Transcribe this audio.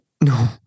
No